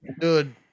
Dude